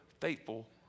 faithful